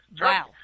Wow